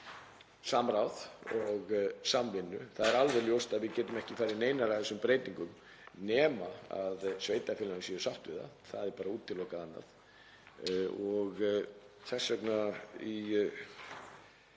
samráð og samvinnu. Það er alveg ljóst að við getum ekki farið í neinar af þessum breytingum nema sveitarfélögin séu sátt við það. Annað er bara útilokað. Þess vegna